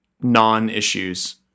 non-issues